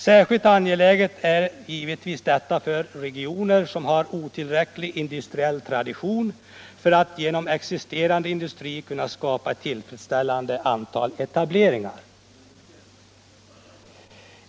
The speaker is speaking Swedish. Särskilt angeläget är givetvis detta för de regioner som har otillräckliga industriella traditioner för att genom existerande industri skapa ett tillfredsställande antal etableringar.